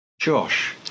Josh